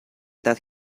that